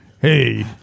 Hey